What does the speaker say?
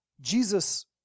Jesus